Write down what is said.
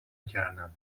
کردم